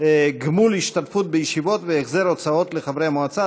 (גמול השתתפות בישיבות והחזר הוצאות לחברי מועצה),